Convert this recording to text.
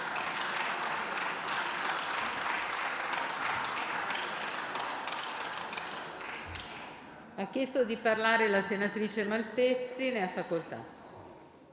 Grazie,